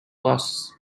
costs